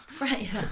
right